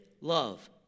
love